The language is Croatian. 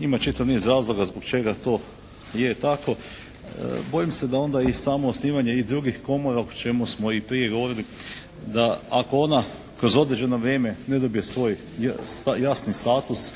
ima čitav niz razloga zbog čega to je tako. Bojim se da onda i samo osnivanje i drugih komora o čemu smo i prije govorili da ako ona kroz određeno vrijeme ne dobije svoj jasni status